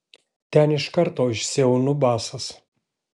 ten iš karto išsiaunu basas